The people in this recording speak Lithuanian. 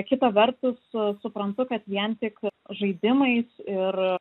kita vertus suprantu kad vien tik žaidimais ir